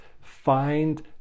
find